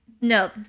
No